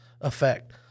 effect